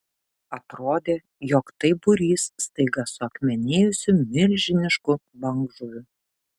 atrodė jog tai būrys staiga suakmenėjusių milžiniškų bangžuvių